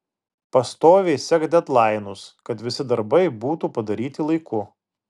pastoviai sek dedlainus kad visi darbai būtų padaryti laiku